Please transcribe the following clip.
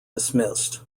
dismissed